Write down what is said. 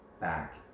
back